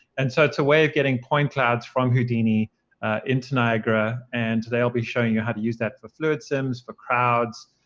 and so it's a way of getting point clouds from houdini into niagara. and today i'll be showing you how to use that for fluid sims, for crowds,